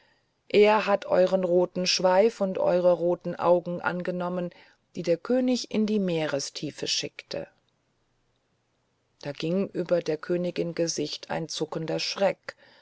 er hat euern roten schweif und eure roten augen angenommen die der könig in die meerestiefe schickte da ging über der königin gesicht ein zuckender schreck